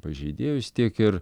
pažeidėjus tiek ir